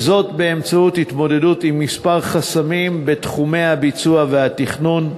וזאת באמצעות התמודדות עם כמה חסמים בתחומי הביצוע והתכנון.